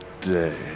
day